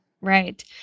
Right